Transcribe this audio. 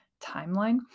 timeline